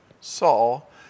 Saul